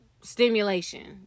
stimulation